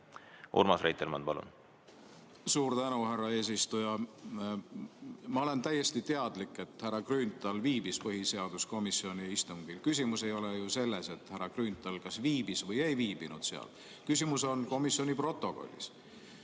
Urmas Reitelmann, palun! Suur tänu, härra eesistuja! Ma olen täiesti teadlik, et härra Grünthal viibis põhiseaduskomisjoni istungil. Küsimus ei ole ju selles, kas härra Grünthal viibis või ei viibinud seal. Küsimus on komisjoni protokollis.